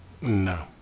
No